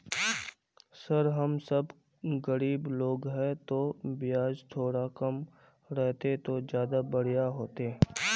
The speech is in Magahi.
सर हम सब गरीब लोग है तो बियाज थोड़ा कम रहते तो ज्यदा बढ़िया होते